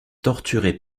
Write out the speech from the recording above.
torturé